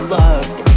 loved